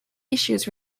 issues